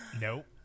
Nope